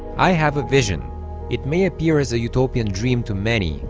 i have a vision it may appear as a utopian dream to many,